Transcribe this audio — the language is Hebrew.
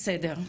בסדר.